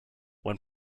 when